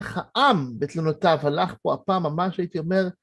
העם בתלונותיו הלך פה הפעם, מה הייתי אומר....